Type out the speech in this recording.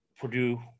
Purdue